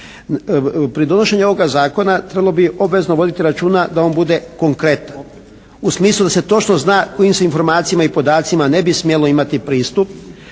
Pri donošenju ovoga zakona trebalo bi obvezno voditi računa da on bude konkretan u smislu da se točno zna kojim se informacijama i podacima ne bi smjelo imati pristup